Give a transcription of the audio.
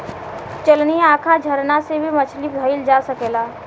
चलनी, आँखा, झरना से भी मछली धइल जा सकेला